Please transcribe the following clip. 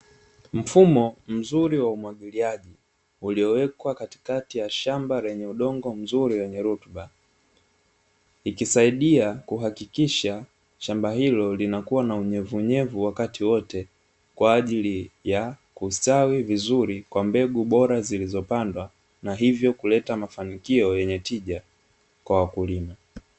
Mfumo mzuri wa umwagiliaji uliowekwa katikati ya shamba lenye udongo mzuri wenye rutuba, ikisaidia kuhakikisha shamba hilo linakuwa na unyevunyevu wakati wote, kwa ajili ya kustawi vizuri kwa mbegu bora zilizopandwa na hivyo kuleta mafanikio yenye tija kwa wakulima.